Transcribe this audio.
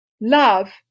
Love